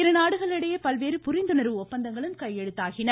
இரு நாடுகளுக்கிடையே பல்வேறு புரிந்துணர்வு ஒப்பந்தங்களும் கையெழுத்தாயின